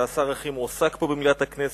אתה השר הכי מועסק פה במליאת הכנסת,